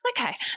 Okay